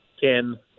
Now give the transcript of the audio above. Ken